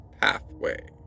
pathway